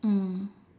mm